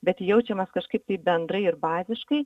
bet jaučiamas kažkaip tai bendra ir baziškai